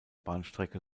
bahnstrecke